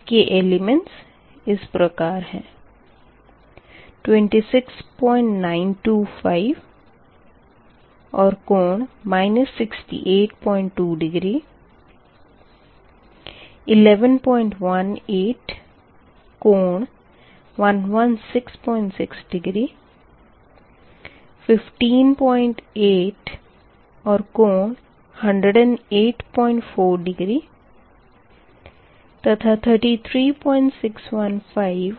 इसके एलिमेंट्स इस प्रकार है 26925 और कोण 682डिग्री 1118 कोण 1166डिग्री 158 और कोण 1084 डिग्री तथा 33615